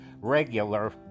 regular